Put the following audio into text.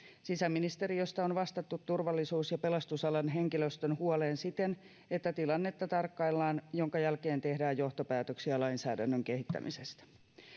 sisäministeriöstä on vastattu turvallisuus ja pelastusalan henkilöstön huoleen siten että tilannetta tarkkaillaan minkä jälkeen tehdään johtopäätöksiä lainsäädännön kehittämisestä